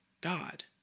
God